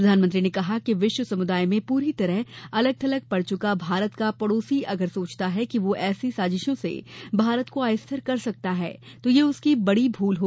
प्रधानमंत्री ने कहा कि विश्व समुदाय में पूरी तरह अलग थलग पड़ चुका भारत का पड़ोसी अगर सोचता है कि वह ऐसी साजिशों से भारत को अस्थिर कर सकता है तो यह उसकी बहुत बड़ी भूल है